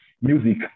Music